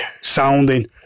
sounding